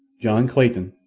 john clayton,